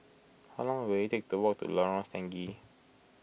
how long will it take to walk to Lorong Stangee